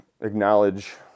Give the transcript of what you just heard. acknowledge